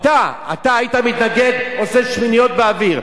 אתה, אתה היית מתנגד, עושה שמיניות באוויר.